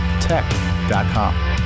tech.com